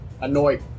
annoy